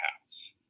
house